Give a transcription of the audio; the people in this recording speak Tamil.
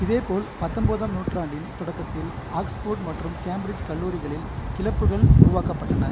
இதேபோல் பத்தொன்பதாம் நூற்றாண்டின் தொடக்கத்தில் ஆக்ஸ்போர்டு மற்றும் கேம்பிரிட்ஜ் கல்லூரிகளில் கிளப்புகள் உருவாக்கப்பட்டன